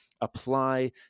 apply